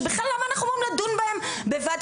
שבכלל אנחנו לא אמורים לדון בהם בוועדת